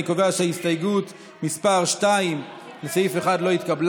אני מבקש לצרף את סגן שר הבריאות יואב קיש כמתנגד